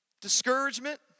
Discouragement